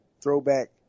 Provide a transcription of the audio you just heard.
throwback